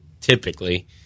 typically